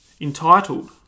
Entitled